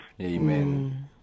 Amen